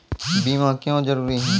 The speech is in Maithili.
बीमा क्यों जरूरी हैं?